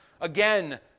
Again